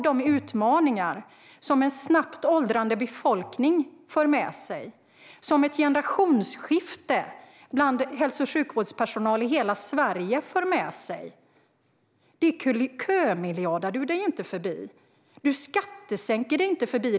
De utmaningar som en snabbt åldrande befolkning och ett generationsskifte bland hälso och sjukvårdspersonal i hela Sverige för med sig varken kömiljardar eller skattesänker man sig förbi.